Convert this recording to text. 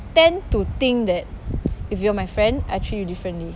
tend to think that if you are my friend I treat you differently